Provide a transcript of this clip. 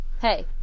hey